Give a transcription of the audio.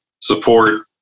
support